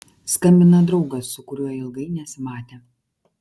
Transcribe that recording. skambina draugas su kuriuo ilgai nesimatė